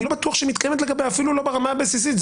אני לא בטוח שהיא מתקיימת לגביה אפילו לא ברמה הבסיסית.